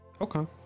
Okay